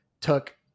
took